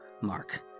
mark